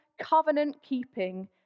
covenant-keeping